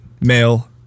male